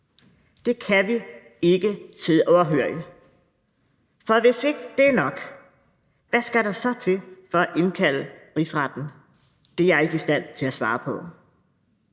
Det kan vi ikke sidde overhørig. For hvis ikke det er nok, hvad skal der så til for at indkalde rigsretten? Det er jeg ikke i stand til at svare på.